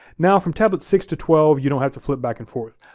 now from tablets six to twelve, you don't have to flip back and forth,